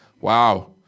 Wow